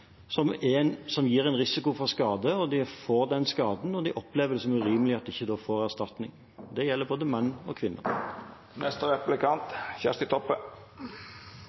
som urimelig fordi de har fått en behandling som gir en risiko for skade, og de får den skaden. De opplever det da som urimelig at de ikke får erstatning. Det gjelder både menn og